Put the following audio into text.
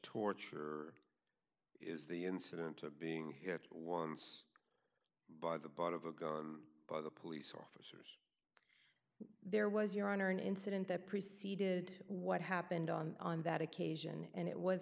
torture is the incident of being hit once by the bought of a gun by the police officer there was your honor an incident that preceded what happened on that occasion and it was